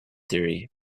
theory